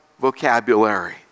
vocabulary